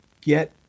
get